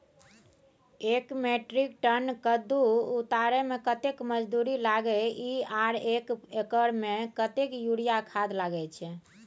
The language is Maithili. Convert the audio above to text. एक मेट्रिक टन कद्दू उतारे में कतेक मजदूरी लागे इ आर एक एकर में कतेक यूरिया खाद लागे छै?